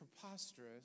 preposterous